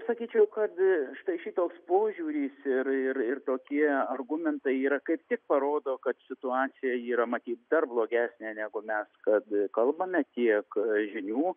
sakyčiau kad štai šitoks požiūris ir ir ir tokie argumentai yra kaip tik parodo kad situacija yra matyt dar blogesnė negu mes kad kalbame tiek žinių